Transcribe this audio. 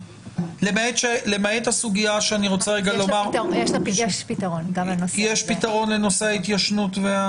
למעט הסוגיה של --- יש פתרון גם לנושא ההתיישנות.